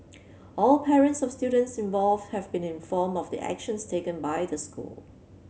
all parents of students involved have been informed of the actions taken by the school